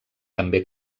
també